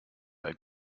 bei